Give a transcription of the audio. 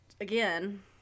again